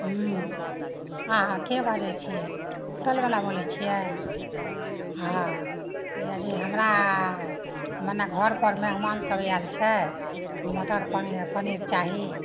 हुँ हँ हँ के बाजै छिए होटलवला बोलै छिए हँ यदि हमरा मने घरपर मेहमानसभ आएल छै मटर पनीर पनीर चाही